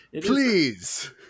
please